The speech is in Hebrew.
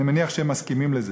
אני מניח שהם מסכימים לזה: